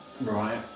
right